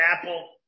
apple